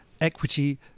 equity